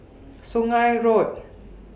Sungei Road